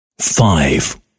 five